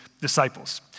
disciples